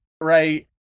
right